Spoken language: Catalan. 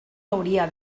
hauria